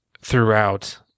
throughout